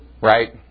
right